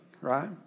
right